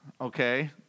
okay